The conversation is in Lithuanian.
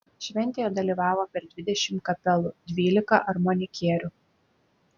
šventėje dalyvavo per dvidešimt kapelų dvylika armonikierių